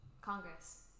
Congress